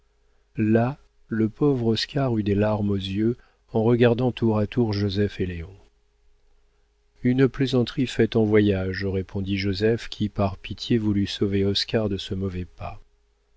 là le pauvre oscar eut des larmes aux yeux en regardant tour à tour joseph et léon une plaisanterie faite en voyage répondit joseph qui par pitié voulut sauver oscar de ce mauvais pas